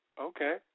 Okay